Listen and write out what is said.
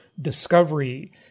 discovery